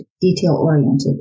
detail-oriented